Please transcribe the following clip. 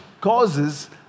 causes